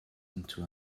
into